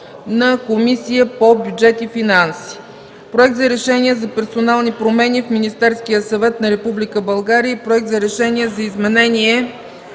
на Комисията по бюджет и финанси; - Проект за решение за персонални промени в Министерския съвет на Република България и Проект за решение за изменение